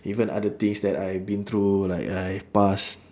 even other things that I have been through like I have pass